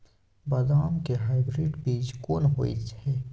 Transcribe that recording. बदाम के हाइब्रिड बीज कोन होय है?